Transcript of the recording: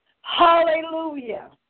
Hallelujah